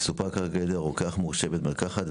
סופק --- על ידי רוקח מורשה בית מרקחת,